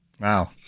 Wow